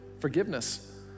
forgiveness